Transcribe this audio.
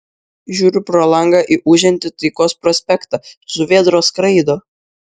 žiūriu pro langą į ūžiantį taikos prospektą žuvėdros skraido